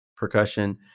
percussion